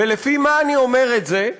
לפי מה אני אומר את זה?